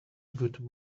good